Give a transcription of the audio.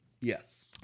Yes